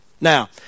Now